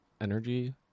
energy